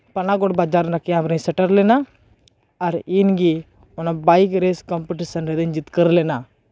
ᱯᱟᱱᱟᱜᱚᱲ ᱵᱟᱡᱟᱨ ᱚᱱᱟ ᱠᱮᱢᱯ ᱨᱤᱧ ᱥᱮᱴᱮᱨ ᱞᱮᱱᱟ ᱟᱨ ᱤᱧᱜᱮ ᱚᱱᱟ ᱵᱟᱭᱤᱠ ᱨᱮᱥ ᱠᱚᱢᱯᱤᱴᱤᱥᱮᱱ ᱨᱮᱧ ᱡᱤᱛᱠᱟᱹᱨ ᱞᱮᱱᱟ